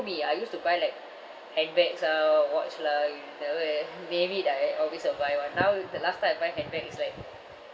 me I used to buy like handbags ah watch lah you know eh maybe that I always survive [one] now the last time I buy handbag is like